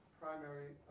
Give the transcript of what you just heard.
primary